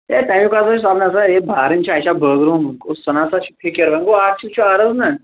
ہَے تٔمیُک ہسا چھُ سہلٕے نسا أسۍ ہَے بارٕنۍ چھِ اَسہِ چھا بٲگروومُت کُس سنا تَس چھِ فِکِر وۅنۍ گوٚو اَکھ چیٖز چھُ عرض نا